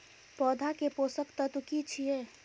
पौधा के पोषक तत्व की छिये?